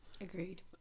Agreed